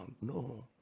No